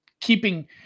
keeping